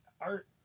Art